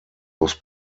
was